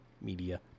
media